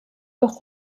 doch